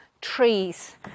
trees